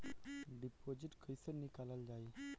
Deposit कैसे निकालल जाइ?